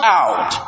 out